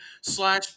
slash